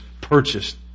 purchased